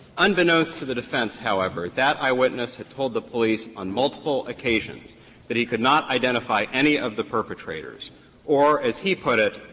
unbeknownst to the defense, however, that eyewitness had told the police on multiple occasions that he could not identify any of the perpetrators or, as he put it,